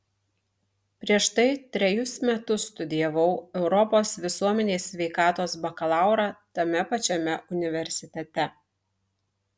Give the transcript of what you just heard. prieš tai trejus metus studijavau europos visuomenės sveikatos bakalaurą tame pačiame universitete